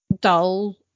dull